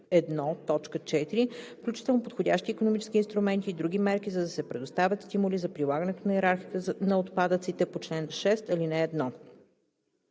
т. 4, включително подходящи икономически инструменти и други мерки, за да се предоставят стимули за прилагането на йерархията на отпадъците по чл. 6, ал. 1; 5.